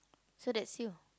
so that's you